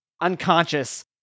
unconscious